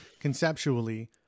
conceptually